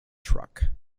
truck